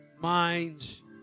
minds